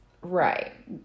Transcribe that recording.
Right